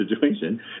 situation